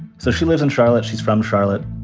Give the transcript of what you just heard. so she lives in charlotte. she's from charlotte,